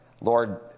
Lord